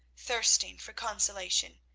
thirsting for consolation,